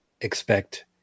expect